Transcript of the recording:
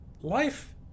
life